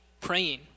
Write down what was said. praying